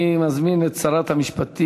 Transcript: אני מזמין את שרת המשפטים,